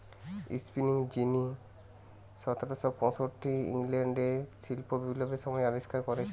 spinning যিনি সতেরশ পয়ষট্টিতে ইংল্যান্ডে শিল্প বিপ্লবের সময় আবিষ্কার কোরেছে